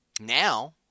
Now